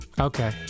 Okay